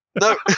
No